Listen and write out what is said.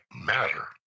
matter